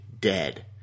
dead